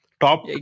top